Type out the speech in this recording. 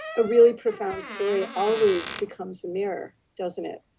a really profound story always becomes a mirror, doesn't it?